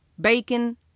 Bacon